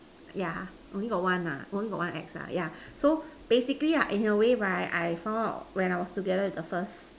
yeah only got one nah only got one ex ah yeah so basically ah in a way right I found out when I was together with the first